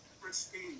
Christine